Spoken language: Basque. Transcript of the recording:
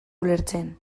ulertzen